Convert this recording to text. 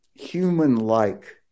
human-like